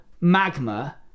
magma